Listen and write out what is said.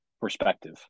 perspective